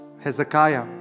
hezekiah